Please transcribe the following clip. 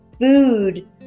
food